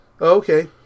Okay